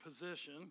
position